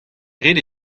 ret